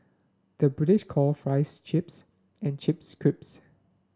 the British calls fries chips and chips